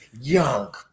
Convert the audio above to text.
Young